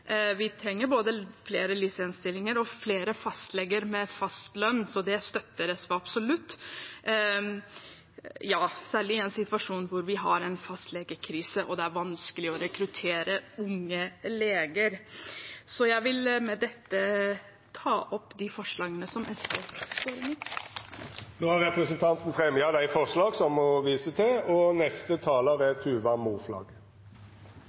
trenger både flere LIS1-stillinger og flere fastleger med fast lønn, så det støtter SV absolutt – særlig i en situasjon hvor vi har en fastlegekrise, og det er vanskelig å rekruttere unge leger. Jeg vil med dette ta opp de forslagene SV er med på. Representanten Sheida Sangtarash har teke opp dei forslaga ho refererte til. Vi står rett og